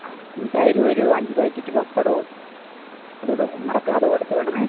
ആ തൈരും ഒരു അഞ്ച് പായ്ക്കറ്റ് പപ്പടവും അതുകൂടെ മറക്കാതെ കൊടുത്ത് വിടണേ